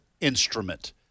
instrument